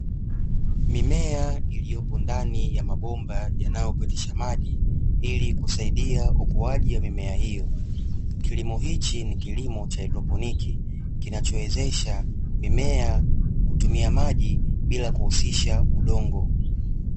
Mimea iliyopo ndani ya mabomba yanayopitisha maji ili kusaidia ukuaji wa mimea hiyo, kilimo hichi ni kilimo cha haidroponi kinachowezesha mimea kutumia maji bila kuhusisha udongo.